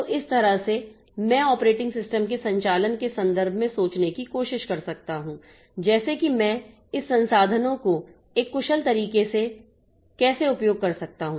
तो इस तरह से मैं ऑपरेटिंग सिस्टम के संचालन के संदर्भ में सोचने की कोशिश कर सकता हूं जैसे कि मैं इस संसाधनों को एक कुशल तरीके से कैसे उपयोग कर सकता हूं